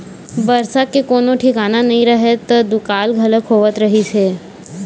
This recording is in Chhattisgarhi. बरसा के कोनो ठिकाना नइ रहय त दुकाल घलोक होवत रहिस हे